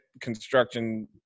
construction